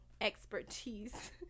expertise